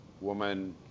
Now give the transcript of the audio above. woman –